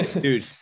Dude